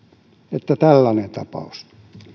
että tällainen tapaus